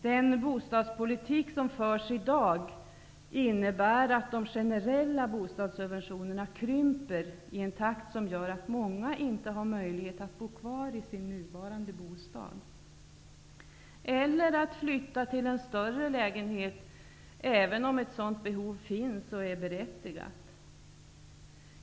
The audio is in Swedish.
Den bostadspolitik som förs i dag innebär att de generella bostadssubventionerna krymper i en takt som gör att många inte har möjlighet att bo kvar i sin nuvarande bostad eller att flytta till en större lägenhet, även om ett sådant behov finns och är berättigat.